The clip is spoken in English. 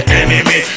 enemy